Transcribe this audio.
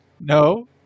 no